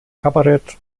kabarett